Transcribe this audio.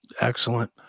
Excellent